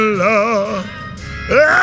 love